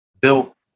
built